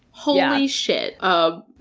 holy shit. um